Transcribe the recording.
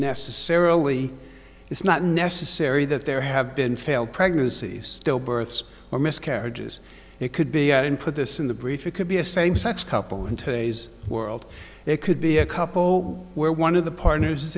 necessarily it's not necessary that there have been failed pregnancies stillbirths or miscarriages it could be i don't put this in the breach we could be a same sex couple in today's world it could be a couple where one of the partners